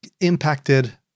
impacted